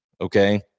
okay